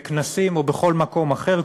בכנסים או בכל מקום אחר,